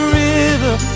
river